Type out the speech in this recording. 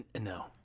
No